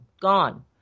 gone